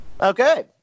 Okay